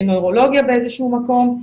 נוירולוגיה באיזה שהוא מקום.